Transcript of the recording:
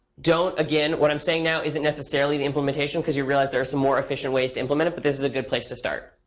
again, what i'm saying now isn't necessarily the implementation, because you realize there are some more efficient ways to implement it. but this is a good place to start.